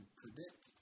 predict